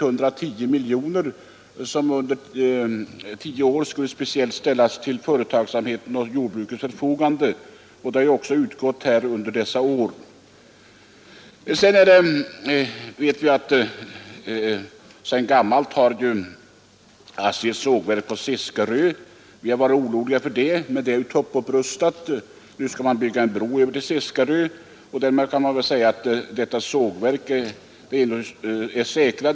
Under tio år skulle 110 miljoner kronor ställas till företagsamhetens och jordbrukets förfogande, och de pengarna har också utgått under dessa år. Sedan gammalt har vi ASSI:s sågverk på Seskarö. Vi har varit oroliga för det, men det är ju topputrustat. Nu skall man bygga en bro över till Seskarö, och därmed kan vi väl säga att detta sågverk är säkrat.